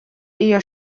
iyo